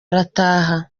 arataha